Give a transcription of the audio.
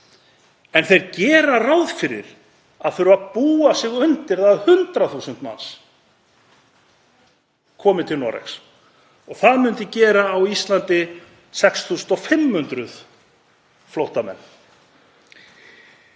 en þeir gera ráð fyrir að þurfa að búa sig undir að 100.000 manns komi til Noregs. Það myndi gera á Íslandi 6.500 flóttamenn.